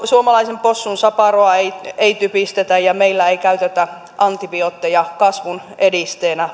suomalaisen possun saparoa ei ei typistetä ja meillä ei käytetä antibiootteja kasvun edisteenä